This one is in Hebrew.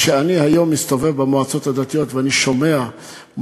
כשאני מסתובב היום במועצות הדתיות אני שומע על